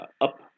up